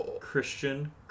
Christian